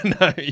no